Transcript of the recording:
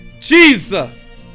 JESUS